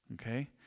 Okay